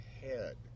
Head